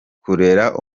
kurera